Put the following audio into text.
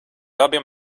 abiem